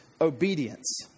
obedience